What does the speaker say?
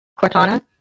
Cortana